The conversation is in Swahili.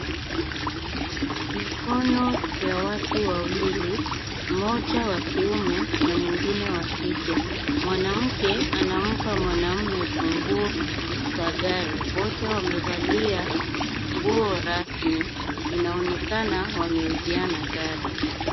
Mikono ya watu wawili, mmoja wa kiume na mwingine wa kike. Mwanamke anampa mwanaume funguo za gari. Wote wamevalia nguo rasmi, inaonekana wameuziana gari.